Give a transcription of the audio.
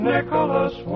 Nicholas